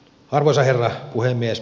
arvoisa herra puhemies